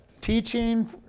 teaching